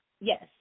yes